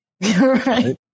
Right